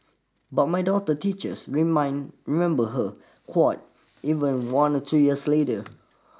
but my daughter teachers remind remember her quirks even one or two years later